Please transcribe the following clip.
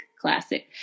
classic